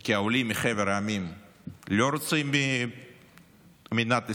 כי העולים לא רצויים במדינת ישראל.